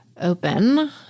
open